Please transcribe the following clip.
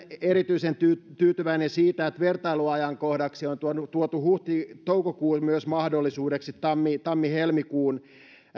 erityisen tyytyväinen tyytyväinen siitä että vertailuajankohdaksi on tuotu myös huhti toukokuu mahdollisuudeksi tammi tammi helmikuun